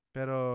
Pero